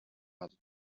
another